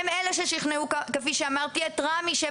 הם אלה ששכנעו כפי שאמרתי את רשות מקרקעי ישראל,